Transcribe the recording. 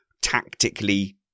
tactically